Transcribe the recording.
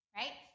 right